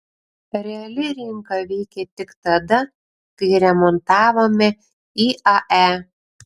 reali rinka veikė tik tada kai remontavome iae